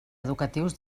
educatius